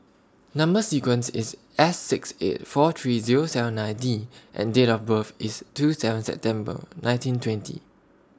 Number sequence IS S six eight four three Zero seven nine D and Date of birth IS two seven September nineteen twenty